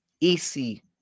easy